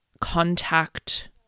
contact